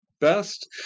best